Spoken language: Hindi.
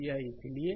तो यह इसलिए